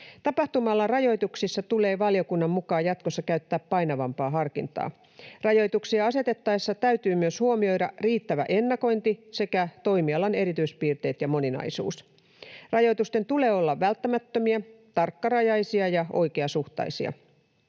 Tapahtuma-alan rajoituksissa tulee valiokunnan mukaan jatkossa käyttää painavampaa harkintaa. Rajoituksia asetettaessa täytyy myös huomioida riittävä ennakointi sekä toimialan erityispiirteet ja moninaisuus. Rajoitusten tulee olla välttämättömiä, tarkkarajaisia ja oikeasuhtaisia.